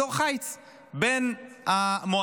אזור חיץ בין המועצה,